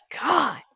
god